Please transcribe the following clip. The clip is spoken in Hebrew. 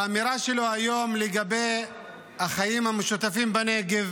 באמירה שלו היום לגבי החיים המשותפים בנגב,